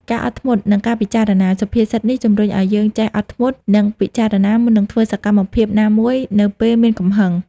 ការអត់ធ្មត់ និងការពិចារណា សុភាសិតនេះជំរុញឲ្យយើងចេះ អត់ធ្មត់ និង ពិចារណា មុននឹងធ្វើសកម្មភាពណាមួយនៅពេលមានកំហឹង។